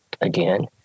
again